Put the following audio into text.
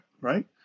right